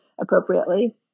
appropriately